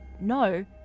no